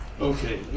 Okay